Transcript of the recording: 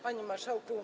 Panie Marszałku!